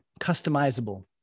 customizable